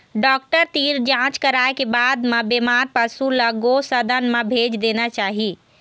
doctor तीर जांच कराए के बाद म बेमार पशु ल गो सदन म भेज देना चाही